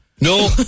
No